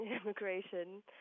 immigration